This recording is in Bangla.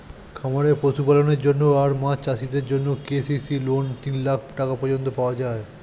খামারে পশুপালনের জন্য আর মাছ চাষিদের জন্যে কে.সি.সি লোন তিন লাখ টাকা পর্যন্ত পাওয়া যায়